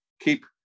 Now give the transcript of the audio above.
keep